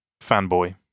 fanboy